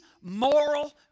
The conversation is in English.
moral